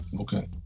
Okay